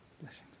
blessings